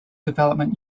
development